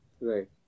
Right